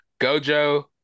Gojo